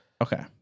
okay